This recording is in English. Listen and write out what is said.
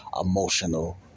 emotional